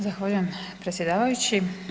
Zahvaljujem predsjedavajući.